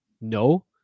No